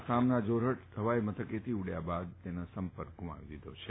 આસામના જારહટ હવાઈ મથકેથી ઉડયા બાદ તેણે સંપર્ક ગુમાવી દીધો છે